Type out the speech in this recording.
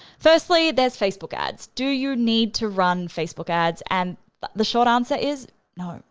firstly, there's facebook ads. do you need to run facebook ads? and the short answer is no.